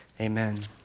amen